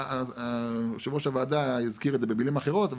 היו"ר הזכיר את זה במילים אחרות,